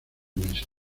meses